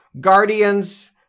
Guardians